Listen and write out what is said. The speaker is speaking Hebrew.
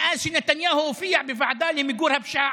מאז שנתניהו הופיע בוועדה למיגור הפשיעה